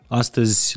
astăzi